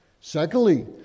Secondly